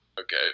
Okay